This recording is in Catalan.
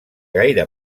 gaire